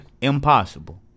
Impossible